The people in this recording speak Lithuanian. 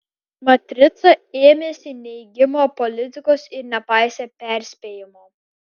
matrica ėmėsi neigimo politikos ir nepaisė perspėjimo